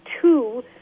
two